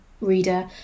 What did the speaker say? reader